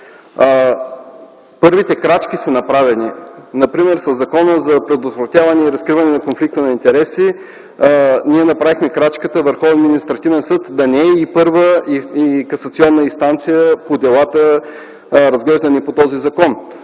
Първите крачки са направени. Например със Закона за предотвратяване и разкриване на конфликта на интереси ние направихме крачката Върховният административен съд да не е и първа, и касационна инстанция по делата, разглеждани по този закон.